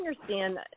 understand